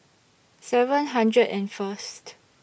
seven hundred and First